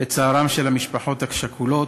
בצערן של המשפחות השכולות,